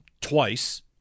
twice